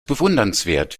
bewundernswert